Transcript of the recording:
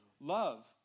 Love